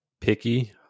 picky